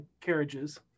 carriages